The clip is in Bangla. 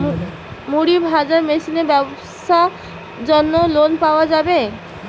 মুড়ি ভাজা মেশিনের ব্যাবসার জন্য লোন পাওয়া যাবে?